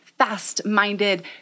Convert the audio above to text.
fast-minded